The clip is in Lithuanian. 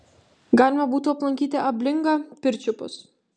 galima būtų aplankyti ablingą pirčiupius